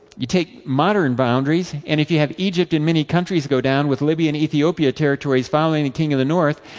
you take modern boundaries. and if you have egypt and many countries go down, with libya and ethiopia territories following the king of the north,